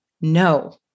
no